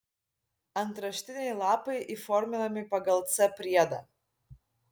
antraštiniai lapai įforminami pagal c priedą